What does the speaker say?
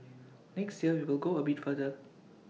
next year we will go A bit further